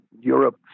Europe